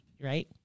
Right